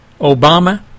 Obama